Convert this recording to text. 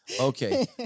okay